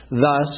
Thus